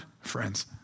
friends